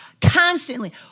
constantly